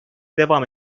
devam